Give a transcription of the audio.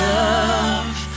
love